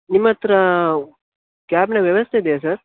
ನಿಮ್ಮ ಹತ್ತಿರ ಕ್ಯಾಬ್ನ ವ್ಯವಸ್ಥೆ ಇದೆಯಾ ಸರ್